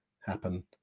happen